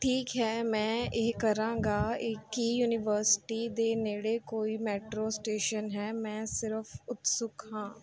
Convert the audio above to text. ਠੀਕ ਹੈ ਮੈਂ ਇਹ ਕਰਾਂਗਾ ਇ ਕੀ ਯੂਨੀਵਰਸਿਟੀ ਦੇ ਨੇੜੇ ਕੋਈ ਮੈਟਰੋ ਸਟੇਸ਼ਨ ਹੈ ਮੈਂ ਸਿਰਫ਼ ਉਤਸੁਕ ਹਾਂ